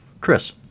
Chris